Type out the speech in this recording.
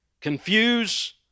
confuse